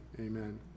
amen